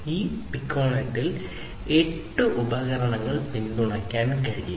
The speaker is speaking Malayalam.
ഒരു പിക്കോണറ്റിനുള്ളിൽ 8 ഉപകരണങ്ങൾ പിന്തുണയ്ക്കാൻ കഴിയും